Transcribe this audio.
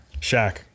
Shaq